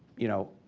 you know